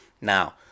Now